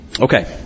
Okay